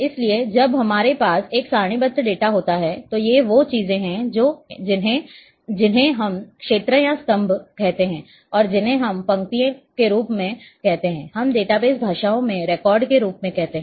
इसलिए जब हमारे पास एक सारणीबद्ध डेटा होता है तो ये वो चीजें हैं जिन्हें हम क्षेत्र या स्तंभ कहते हैं और जिन्हें हम पंक्तियों के रूप में कहते हैं हम डेटाबेस भाषाओं में रिकॉर्ड के रूप में कहते हैं